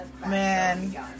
Man